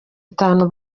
itanu